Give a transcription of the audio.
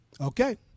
Okay